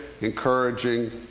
encouraging